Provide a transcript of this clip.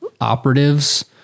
operatives